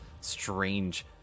strange